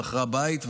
שכרה בית,